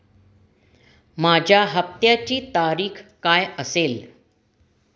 माझ्या हप्त्याची तारीख काय असेल?